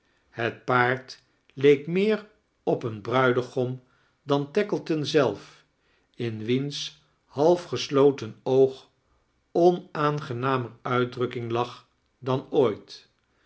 het paard leek meer op een bruidegom dan tackleton zelf in wiens half gesloten oog onaangenamer uitdrukking lag dan ooit